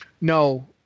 No